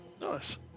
nice